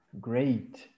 great